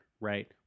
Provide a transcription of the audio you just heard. right